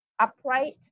upright